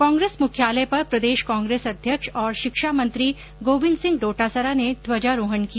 कांग्रेस मुख्यालय पर प्रदेश कांग्रेस अध्यक्ष और शिक्षा मंत्री गोविन्द सिंह डोटासरा ने ध्वजारोहण किया